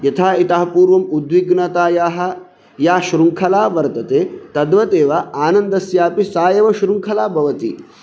यथा इतः पूर्वम् उद्विघ्नतायाः या शृङ्खला वर्तते तद्वत् एव आनन्दस्यापि सा एव शृङ्खला भवति